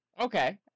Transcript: Okay